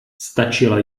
stačila